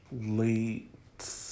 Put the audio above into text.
late